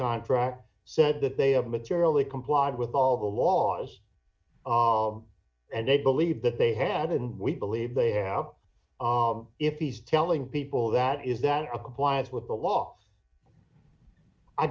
contract said that they had materially complied with all the laws and they believe that they have and we believe they have if he's telling people that is that a compliance with the law i